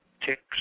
ticks